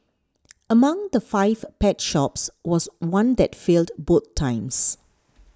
among the five pet shops was one that failed both times